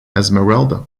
esmeralda